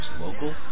local